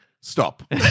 stop